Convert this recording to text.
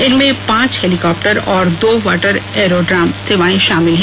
इनमें पांच हेलिकॉप्टर और दो वाटर एयरोइॉम सेवाएं शामिल हैं